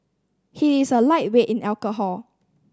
he is a lightweight in alcohol